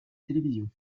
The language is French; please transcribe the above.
télévision